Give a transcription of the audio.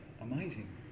amazing